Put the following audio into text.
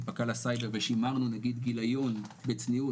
פק"ל הסייבר ושימרנו נגיד גיליון בצניעות,